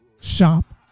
shop